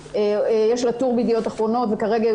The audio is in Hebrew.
יש לה טור ב"ידיעות אחרונות" וכרגע היא